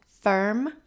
firm